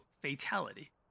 fatality